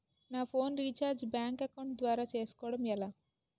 నా phone recharge bank account ద్వారా చేసుకోవటం ఎలా?